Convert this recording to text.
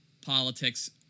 politics